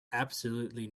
absolutely